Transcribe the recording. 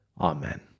Amen